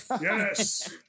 Yes